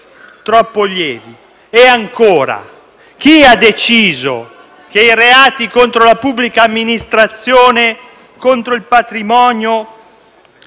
troppo lievi? E, ancora, chi ha deciso che ai reati contro la pubblica amministrazione e contro il patrimonio